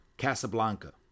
Casablanca